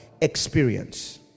experience